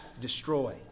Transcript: destroy